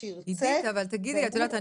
עידית אבל תגידי לי, את יודעת?